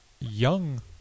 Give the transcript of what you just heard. young